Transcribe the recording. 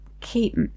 keep